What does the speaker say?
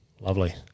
Lovely